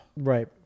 Right